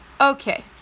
Okay